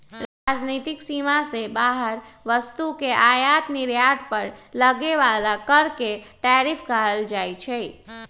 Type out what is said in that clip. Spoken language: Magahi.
राजनीतिक सीमा से बाहर वस्तु के आयात निर्यात पर लगे बला कर के टैरिफ कहल जाइ छइ